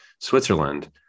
Switzerland